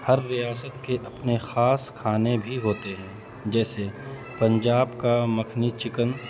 ہر ریاست کے اپنے خاص ککھانے بھی ہوتے ہیں جیسے پنجاب کا مکھنی چکن